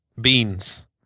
beans